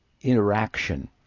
interaction